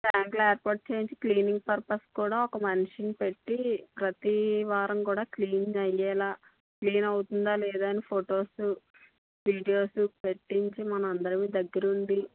ట్యాంకులు ఏర్పాటు చెయ్యించి క్లీనింగ్ పర్పస్ కూడా ఒక మనిషిని పెట్టి ప్రతీ వారం కూడా క్లీనింగ్ అయ్యేలా క్లీన్ అవుతుందా లేదా అని ఫొటోస్ వీడియోసు పెట్టించి మనందరం దగ్గరుండి